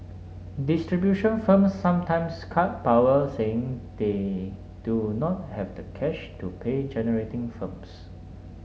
distribution firms sometimes cut power saying they do not have the cash to pay generating firms